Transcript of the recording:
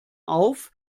auf